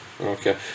Okay